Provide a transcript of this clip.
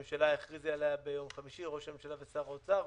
הכריזו ביום חמישי ראש הממשלה ושר האוצר,